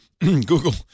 Google